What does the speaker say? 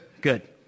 Good